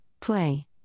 Play